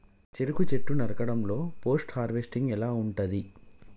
చెరుకు చెట్లు నరకడం లో పోస్ట్ హార్వెస్టింగ్ ఎలా ఉంటది?